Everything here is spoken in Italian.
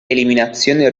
eliminazione